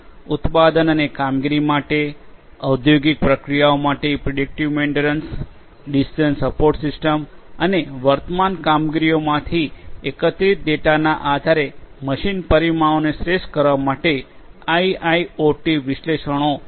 ઉત્પાદન અને કામગીરી માટે ઓંદ્યોગિક પ્રક્રિયાઓ માટે predictive maintenance decision support systems અને વર્તમાન કામગીરીઓમાંથી એકત્રિત ડેટાના આધારે મશીન પરિમાણોને શ્રેષ્ઠ કરવા માટે આઇઆઇઓટી વિશ્લેષણો મહત્વપૂર્ણ છે